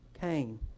Cain